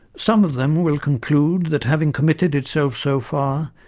some of them will conclude that having committed itself so far,